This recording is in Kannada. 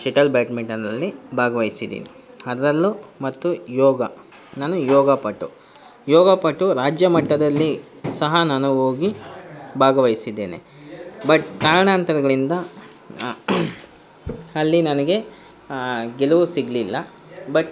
ಶೆಟಲ್ ಬ್ಯಾಡ್ಮಿಟನಲ್ಲಿ ಭಾಗವಹಿಸಿದ್ದೀನಿ ಅದರಲ್ಲೂ ಮತ್ತು ಯೋಗ ನಾನು ಯೋಗಪಟು ಯೋಗಪಟು ರಾಜ್ಯ ಮಟ್ಟದಲ್ಲಿ ಸಹ ನಾನು ಹೋಗಿ ಭಾಗವಹಿಸಿದ್ದೇನೆ ಬಟ್ ಕಾರಣಾಂತರಗಳಿಂದ ಅಲ್ಲಿ ನನಗೆ ಗೆಲುವು ಸಿಗಲಿಲ್ಲ ಬಟ್